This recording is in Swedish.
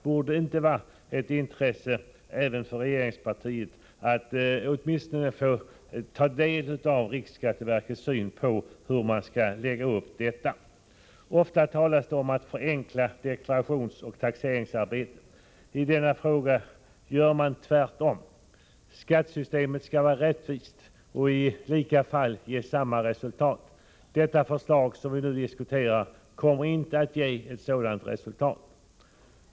Borde det inte vara ett intresse även för regeringspartiet att få ta del av riksskatteverkets syn på hur man skall lägga upp detta? Ofta talas det om att förenkla deklarationsoch taxeringsarbetet. I denna fråga gör man tvärtom. Skattesystemet skall vara rättvist och i lika fall ge samma resultat. Förslaget som vi nu diskuterar kommer inte att ge ett sådant resultat.